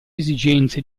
esigenze